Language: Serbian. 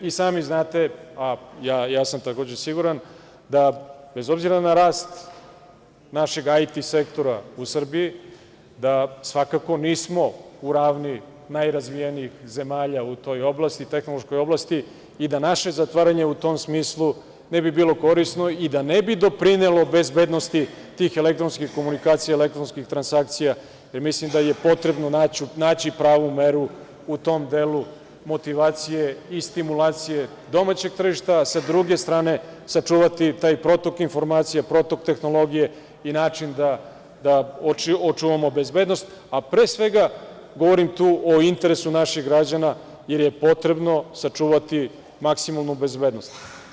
I sami znate, a i siguran sam da bez obzira na rast našeg IT sektora u Srbiji da svakako nismo u ravni najrazvijenijih zemalja u toj oblasti i da naše zatvaranje u tom smislu ne bi bilo korisno i da ne doprinelo bezbednosti tih elektronskih komunikacija i elektronskih transakcija, jer mislim da je potrebno naći pravu meru u tom delu motivacije i stimulacije domaćeg tržišta, a sa druge strane, sačuvati taj protok informacija, protok tehnologije i način da očuvamo bezbednost, a pre svega govorim tu o interesu naših građana, jer je potrebno sačuvati maksimalnu bezbednost.